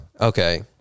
Okay